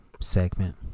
segment